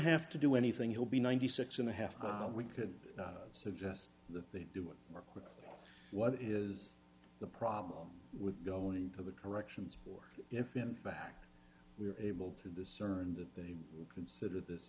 half to do anything he'll be ninety six and a half we could suggest that they do it what is the problem with going to the corrections or if in fact we were able to discern that they consider th